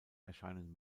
erscheinen